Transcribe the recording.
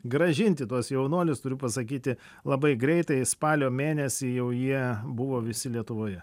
grąžinti tuos jaunuolius turiu pasakyti labai greitai spalio mėnesį jau jie buvo visi lietuvoje